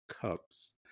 cups